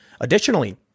Additionally